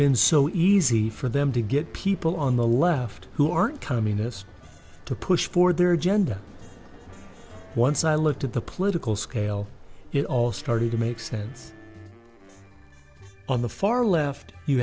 been so easy for them to get people on the left who aren't communist to push for their agenda once i looked at the political scale it all started to make sense on the far left you